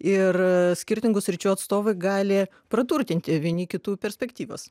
ir skirtingų sričių atstovai gali praturtinti vieni kitų perspektyvas